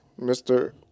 Mr